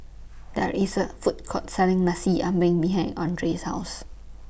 There IS A Food Court Selling Nasi Ambeng behind Andrae's House